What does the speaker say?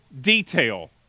detail